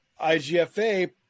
IGFA